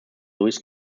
louis